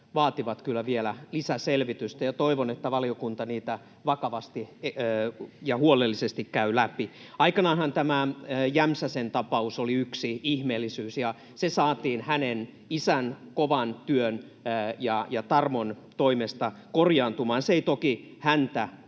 vaativat kyllä vielä lisäselvitystä, ja toivon, että valiokunta niitä vakavasti ja huolellisesti käy läpi. Aikanaanhan tämä Jämsäsen tapaus oli yksi ihmeellisyys, ja se sääntely saatiin hänen, isän, kovan työn ja tarmon toimesta korjaantumaan. Se ei toki häntä